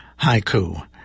haiku